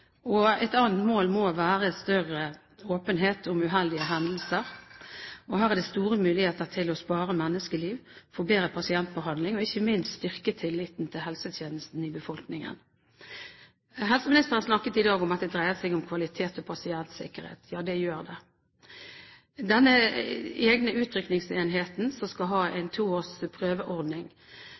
Et annet mål må være større åpenhet om uheldige hendelser. Her er det store muligheter til å spare menneskeliv, få bedre pasientbehandling og ikke minst styrke tilliten til helsetjenestene i befolkningen. Helseministeren snakket i dag om at det dreier seg om kvalitet og pasientsikkerhet. Ja, det gjør det. Når det gjelder den egne utrykningsenheten som skal ha en